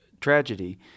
tragedy